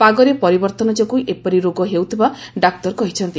ପାଗରେ ପରିବର୍ଉନ ଯୋଗୁଁ ଏପରି ରୋଗ ହେଉଥିବା ଡାକ୍ତର କହିଛନ୍ତି